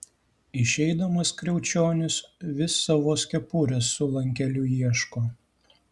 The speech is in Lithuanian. išeidamas kriaučionis vis savos kepurės su lankeliu ieško